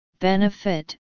Benefit